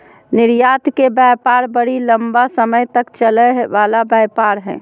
निर्यात के व्यापार बड़ी लम्बा समय तक चलय वला व्यापार हइ